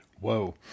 Whoa